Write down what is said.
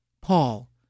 Paul